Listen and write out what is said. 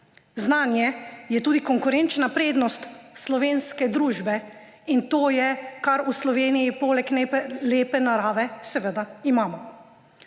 Znanje je tudi konkurenčna prednost slovenske družbe, in to je, kar v Sloveniji poleg lepe narave seveda imamo.